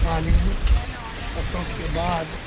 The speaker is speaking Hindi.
कालीन अशोक के बाद